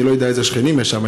אני לא יודע איזה שכנים יש שם,